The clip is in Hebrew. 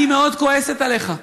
אני מאוד כועסת עליך.